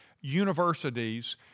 universities